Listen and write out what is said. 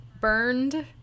burned